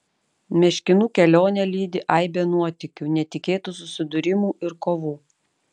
meškinų kelionę lydi aibė nuotykių netikėtų susidūrimų ir kovų